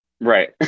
Right